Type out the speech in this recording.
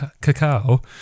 cacao